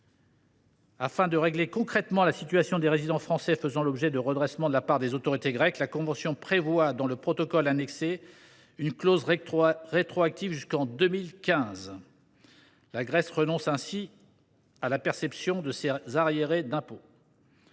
Afin de régler concrètement la situation des résidents français faisant l’objet de redressements de la part des autorités grecques, la convention prévoit, dans le protocole annexé, une clause rétroactive jusqu’en 2015. La Grèce renonce ainsi à la perception de ces arriérés d’impôt.